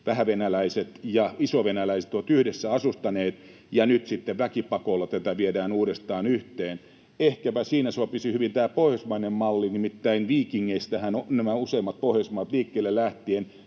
vähävenäläiset ja isovenäläiset ovat yhdessä asustaneet, ja nyt sitten väkipakolla tätä viedään uudestaan yhteen. Ehkäpä siihen sopisi hyvin tämä pohjoismainen malli, nimittäin viikingeistähän useimmat Pohjoismaat liikkeelle lähtivät,